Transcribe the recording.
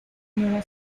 nueva